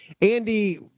Andy